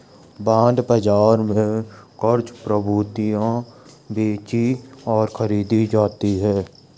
bond बाजार में क़र्ज़ प्रतिभूतियां बेचीं और खरीदी जाती हैं